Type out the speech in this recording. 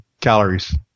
calories